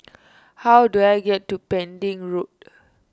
how do I get to Pending Road